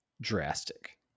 drastic